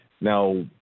Now